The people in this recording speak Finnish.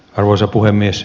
arvoisa puhemies